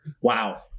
Wow